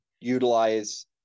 utilize